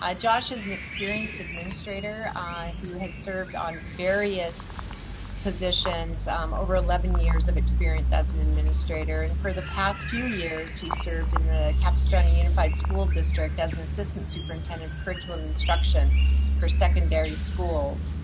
ah josh is an experienced administrator who has served on various positions over eleven years of experience as an administrator. and for the past few years, he served in the capistrano unified school district as an assistant superintendent of curriculum instruction for secondary schools.